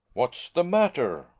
what's the matter?